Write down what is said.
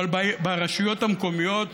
אבל ברשויות המקומיות,